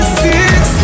six